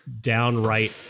downright